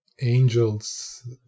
angels